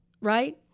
right